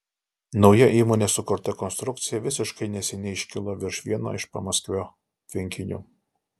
nauja įmonės sukurta konstrukcija visiškai neseniai iškilo virš vieno iš pamaskvio tvenkinių